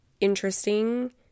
interesting